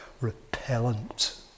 repellent